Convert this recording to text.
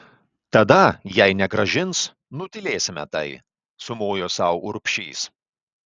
tada jei negrąžins nutylėsime tai sumojo sau urbšys